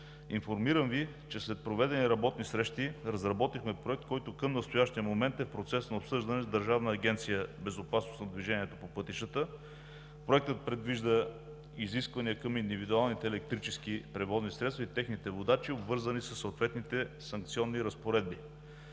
Информирам Ви, че след проведени работни срещи разработихме Проект, който към настоящия момент е в процес на обсъждане с Държавната агенция „Безопасност на движението по пътищата“. Проектът предвижда изисквания към индивидуалните електрически превозни средства и техните водачи, обвързани със съответните санкционни разпоредби.